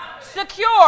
secure